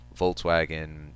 Volkswagen